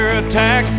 attack